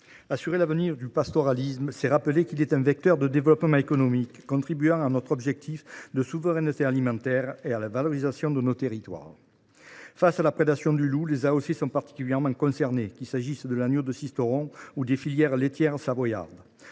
assurer l’avenir du pastoralisme, c’est rappeler qu’il est un vecteur de développement économique contribuant à notre objectif de souveraineté alimentaire et à la valorisation de nos territoires. Face à la prédation du loup, les appellations d’origine contrôlée (AOC) sont particulièrement concernées, qu’il s’agisse de l’agneau de Sisteron ou des filières laitières savoyardes.